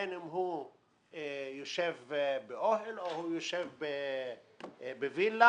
בין אם הוא יושב באוהל או בין אם הוא יושב בווילה,